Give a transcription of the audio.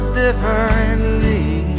differently